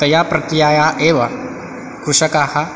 तया प्रक्रियाया एव कृषकाः